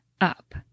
up